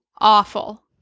Awful